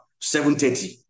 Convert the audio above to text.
7:30